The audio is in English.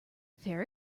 fair